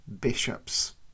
Bishops